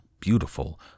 beautiful